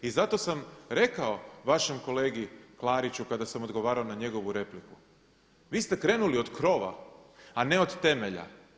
I zato sam rekao vašem kolegi Klariću kada sam ogovarao na njegovu repliku, vi ste krenuli od krova, a ne od temelja.